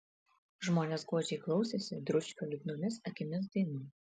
žmonės godžiai klausėsi dručkio liūdnomis akimis dainų